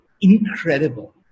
incredible